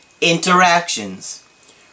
Interactions